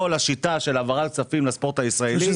השיטה של העברת כספים לספורט הישראלי --- האמירה,